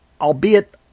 albeit